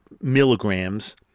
milligrams